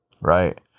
right